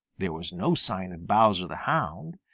there was no sign of bowser the hound,